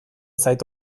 zait